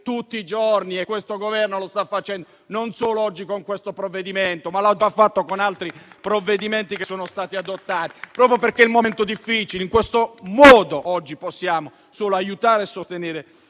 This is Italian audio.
tutti i giorni e questo Governo lo sta facendo, non solo oggi con il provvedimento in esame, ma lo ha già fatto con altri provvedimenti che sono stati adottati. Proprio perché il momento è difficile, solo in questo modo oggi possiamo aiutare e sostenere